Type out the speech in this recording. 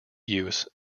use